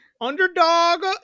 underdog